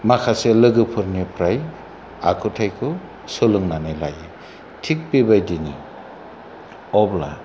माखासे लोगोफोरनिफ्राय आखुथायखौ सोलोंनानै लायो थिख बेबादिनो अब्ला